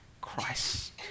Christ